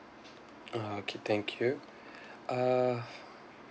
ah okay thank you uh